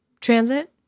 transit